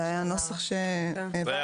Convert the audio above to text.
זה היה הנוסח שהעברנו.